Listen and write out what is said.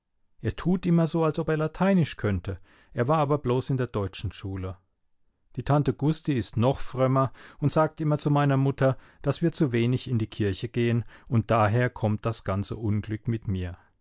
er tut immer so als ob er lateinisch könnte er war aber bloß in der deutschen schule die tante gusti ist noch frömmer und sagt immer zu meiner mutter daß wir zu wenig in die kirche gehen und daher kommt das ganze unglück mit mir